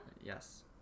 Yes